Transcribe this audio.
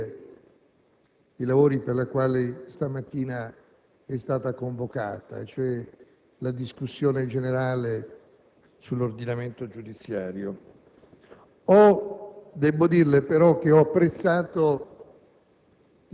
chiedendo all'Assemblea di proseguire i lavori per la quale stamattina essa è stata convocata, cioè la discussione generale sull'ordinamento giudiziario.